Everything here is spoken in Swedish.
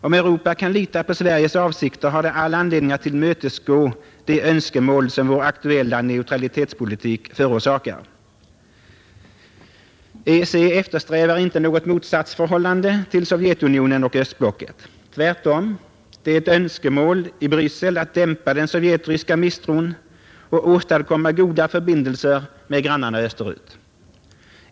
Om Europa kan lita på Sveriges avsikter, har det all anledning att tillmötesgå de önskemål, som vår aktuella neutralitetspolitik förorsakar. EEC eftersträvar inte något motsatsförhållande till Sovjetunionen och östblocket. Tvärtom. Det är ett önskemål i Bryssel att dämpa den sovjetryska misstron och åstadkomma goda förbindelser med grannarna österut.